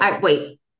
wait